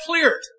cleared